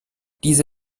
diese